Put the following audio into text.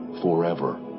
forever